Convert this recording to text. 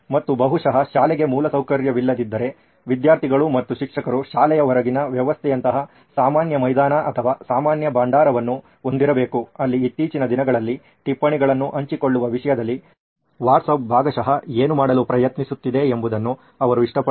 ಮತ್ತು ಬಹುಶಃ ಶಾಲೆಗೆ ಮೂಲಸೌಕರ್ಯವಿಲ್ಲದಿದ್ದರೆ ವಿದ್ಯಾರ್ಥಿಗಳು ಮತ್ತು ಶಿಕ್ಷಕರು ಶಾಲೆಯ ಹೊರಗಿನ ವ್ಯವಸ್ಥೆಯಂತಹ ಸಾಮಾನ್ಯ ಮೈದಾನ ಅಥವಾ ಸಾಮಾನ್ಯ ಭಂಡಾರವನ್ನು ಹೊಂದಿರಬೇಕು ಅಲ್ಲಿ ಇತ್ತೀಚಿನ ದಿನಗಳಲ್ಲಿ ಟಿಪ್ಪಣಿಗಳನ್ನು ಹಂಚಿಕೊಳ್ಳುವ ವಿಷಯದಲ್ಲಿ ವಾಟ್ಸಾಪ್ ಭಾಗಶಃ ಏನು ಮಾಡಲು ಪ್ರಯತ್ನಿಸುತ್ತಿದೆ ಎಂಬುದನ್ನು ಅವರು ಇಷ್ಟಪಡಬಹುದು